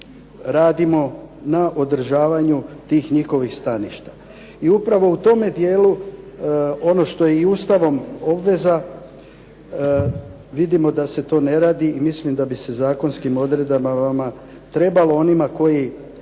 radimo na održavanju tih njihovih staništa. I upravo u tome dijelu ono što je i Ustavom obveza vidimo da se to ne radi i mislim da bi se zakonskim odredbama trebalo onima koji